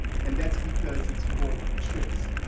and that's because it's full of tricks,